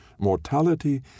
Mortality